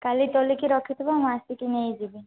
କାଲି ତୋଲିକି ରଖିଥିବ ମୁଁ ଆସିକି ନେଇଯିବି